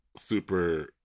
super